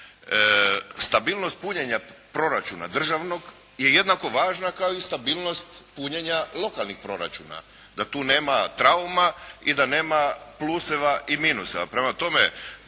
stabilnost punjenja proračuna državnog je jednako važna kao i stabilnost punjenja lokalnih proračuna, da tu nema trauma i da nema pluseva i minusa.